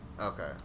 Okay